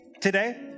today